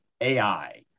AI